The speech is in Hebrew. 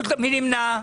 מי נמנע?